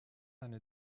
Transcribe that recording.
eine